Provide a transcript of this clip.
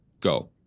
go